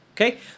okay